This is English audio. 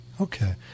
Okay